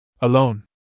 Alone